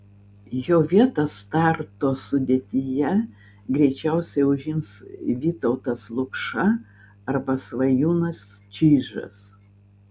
jo vietą starto sudėtyje greičiausiai užims vytautas lukša arba svajūnas čyžas